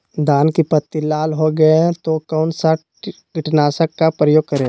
धान की पत्ती लाल हो गए तो कौन सा कीटनाशक का प्रयोग करें?